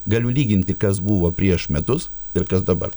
galiu lyginti kas buvo prieš metus ir kas dabar